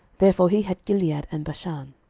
therefore he had gilead and bashan.